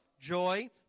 joy